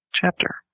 chapter